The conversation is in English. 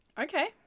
Okay